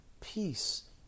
peace